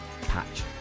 patch